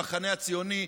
המחנה הציוני,